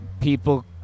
people